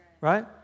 Right